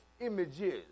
images